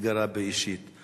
התגרה בי אישית.